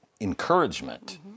encouragement